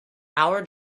our